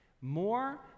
More